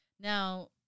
Now